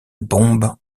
bombes